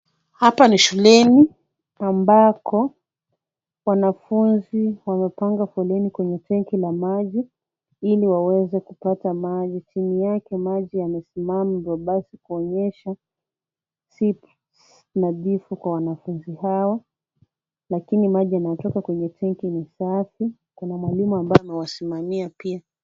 Hapa ni shuleni, ambako wanafunzi wamepanga foleni kwenye tenki la maji, ili waweze kupata maji. Chini yake maji yamesimama hivyo basi kuonyesha si nadhifu kwa wanafunzi hawa. Lakini maji yanayotoka kwenye tenki ni safi, kuna mwalimu ambaye amewasimamia pia.